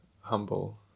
humble